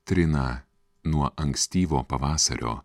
trina nuo ankstyvo pavasario